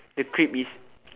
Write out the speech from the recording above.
the crib is